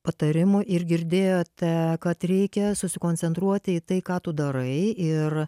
patarimų ir girdėjote kad reikia susikoncentruoti į tai ką tu darai ir